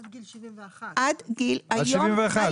עד גיל 71. עד גיל 71,